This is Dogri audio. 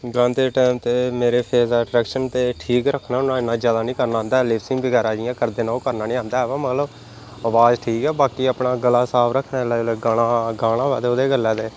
गांदे टैम ते मेरे फेस ऐक्सप्रैसन ते ठीक रक्खना होन्नां इन्ना ज्यादा नी करना आंदा ऐ लिपसिंग बगैरा जियां करदे न ओह् करना नी आंदा ऐ पर मतलब अवाज ठीक ऐ बाकी अपना गला साफ रक्खने लेई गाना गाना होऐ ते ओह्दे गल्लै